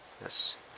yes